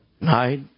night